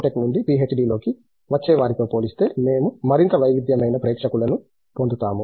Tech నుండి పీహెచ్డీలోకి వచ్చే వారితో పోలిస్తే మేము మరింత వైవిధ్యమైన ప్రేక్షకులను పొందుతాము